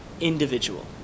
individual